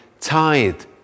tithed